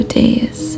days